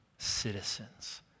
citizens